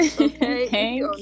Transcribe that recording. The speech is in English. okay